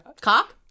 Cop